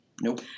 Nope